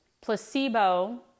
Placebo